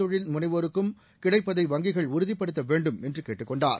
தொழில் முனைவோருக்கும் கிடைப்பதை வங்கிகள் உறுதிப்படுத்த வேண்டும் என்று கேட்டுக் கொண்டார்